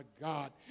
God